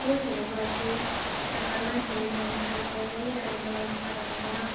पोस्टहरू गर्थे मान्छेहरूले भन्नु थाल्यो एकदम राम्रो बनाउँछ भनेर